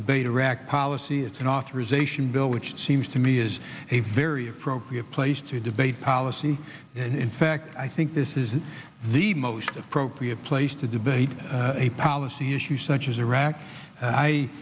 debate iraq policy it's an authorization bill which seems to me is a very appropriate place to debate policy and in fact i think this is the most appropriate place to debate a policy issue such as iraq i